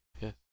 Yes